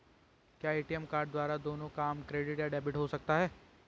क्या ATM card द्वारा दोनों काम क्रेडिट या डेबिट हो सकता है?